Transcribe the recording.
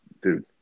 dude